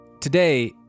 Today